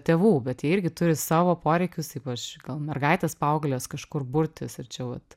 tėvų bet jie irgi turi savo poreikius ypač gal mergaitės paauglės kažkur burtis ir čia vat